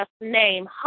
name